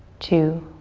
two,